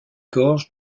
gorges